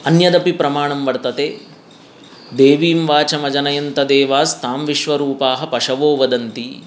अन्यदपि प्रमाणं वर्तते देवीं वाचमजनयन्त देवास्ताम् विश्वरूपाः पशवो वदन्ति